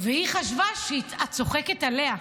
והיא חשבה שאת צוחקת עליה.